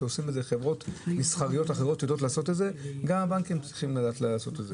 כשחברות מסחריות אחרות יודעות לעשות את זה.